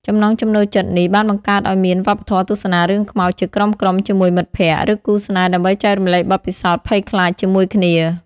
ចំណង់ចំណូលចិត្តនេះបានបង្កើតឱ្យមាន វប្បធម៌ទស្សនារឿងខ្មោច ជាក្រុមៗជាមួយមិត្តភក្តិ ឬគូស្នេហ៍ដើម្បីចែករំលែកបទពិសោធន៍ភ័យខ្លាចជាមួយគ្នា។